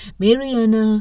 mariana